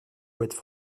poètes